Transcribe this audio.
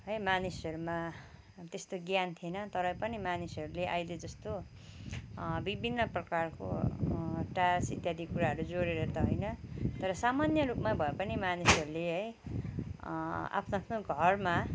है मानिसहरूमा त्यस्तो ज्ञान थिएन तरै पनि मानिसहरूले अहिले जस्तो विभिन्न प्रकारको टाइल्स इत्यादि कुराहरू जोडेर त होइन तर सामान्य रूपमा भएपनि मानिसहरूले है आफ्नो आफ्नो घरमा